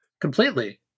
Completely